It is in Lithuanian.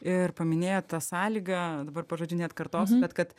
ir paminėjot tą sąlygą dabar pažodžiui nearkartosiu bet kad